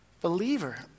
Believer